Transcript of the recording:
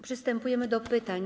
Przystępujemy do pytań.